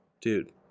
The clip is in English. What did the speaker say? Dude